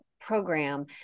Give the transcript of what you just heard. program